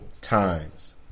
Times